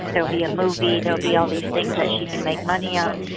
there'll be a movie, there'll be all these things that she can make money on.